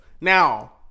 Now